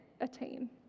attain